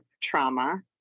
trauma